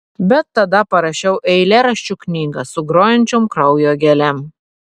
bet tada parašiau eilėraščių knygą su grojančiom kraujo gėlėm